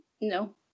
No